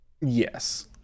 Yes